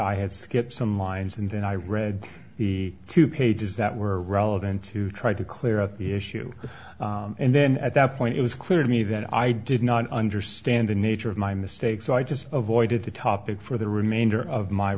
i had skipped some lines and then i read the two pages that were relevant to try to clear out the issue and then at that point it was clear to me that i did not understand the nature of my mistake so i just avoided the topic for the remainder of my